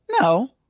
No